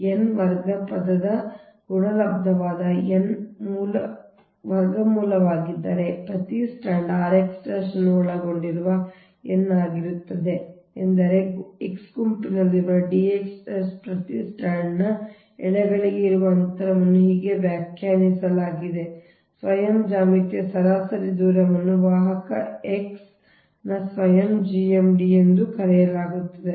ಆದ್ದರಿಂದ ಇದು n ವರ್ಗ ಪದದ ಬಲದ ಗುಣಲಬ್ಧದ n ವರ್ಗಮೂಲವಾಗಿದ್ದರೆ ಅದು ಪ್ರತಿ ಸ್ಟ್ಯಾಂಡ್ ಸಮಯದ r x ಅನ್ನು ಒಳಗೊಂಡಿರುವ n ಆಗಿರುತ್ತದೆ ಏಕೆಂದರೆ X ಗುಂಪಿನಲ್ಲಿರುವ D sx ಅನ್ನು ಪ್ರತಿ ಸ್ಟ್ರಾಂಡ್ನಿಂದ ಎಲ್ಲಾ ಇತರ ಎಳೆಗಳಿಗೆ ಇರುವ ಅಂತರವನ್ನು ಹೀಗೆ ವ್ಯಾಖ್ಯಾನಿಸಲಾಗಿದೆ ಸ್ವಯಂ ಜ್ಯಾಮಿತೀಯ ಸರಾಸರಿ ದೂರವನ್ನು ವಾಹಕ X ನ ಸ್ವಯಂ GMD ಎಂದು ಕರೆಯಲಾಗುತ್ತದೆ